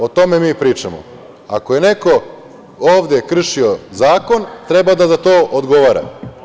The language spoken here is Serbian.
O tome mi pričamo, ako je neko ovde kršio zakon, treba da za to odgovara.